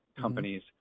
companies